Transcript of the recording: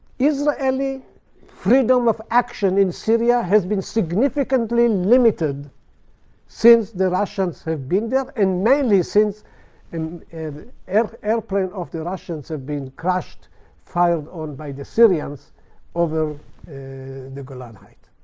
israeli freedom of action in syria has been significantly limited since the russians have been there, and mainly since and an airplane of the russians have been fired on by the syrians over the golan heights.